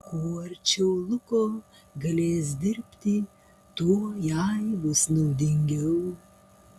kuo arčiau luko galės dirbti tuo jai bus naudingiau